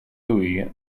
louis